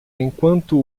enquanto